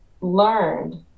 learned